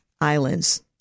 Islands